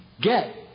Get